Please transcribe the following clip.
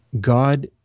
God